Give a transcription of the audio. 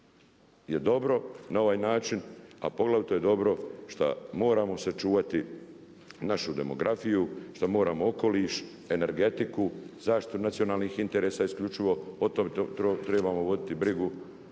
je dobro na ovaj način, a poglavito je dobro šta moramo sačuvati našu demografiju, šta moramo okoliš, energetiku, zaštitu nacionalnih interesa isključivo. O tome trebamo voditi brigu.